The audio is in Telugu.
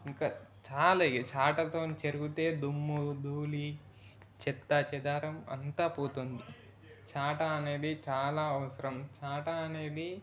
ఇంకా చాలా చాటతోని చెరుగుతే దుమ్ము ధూళి చెత్తా చెదారం అంతా పోతుంది చాట అనేది చాలా అవసరం చాట అనేది